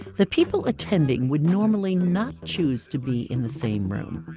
the people attending would normally not choose to be in the same room.